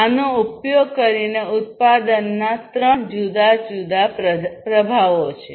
આનો ઉપયોગ કરીને ઉત્પાદનના ત્રણ જુદા જુદા પ્રભાવો છે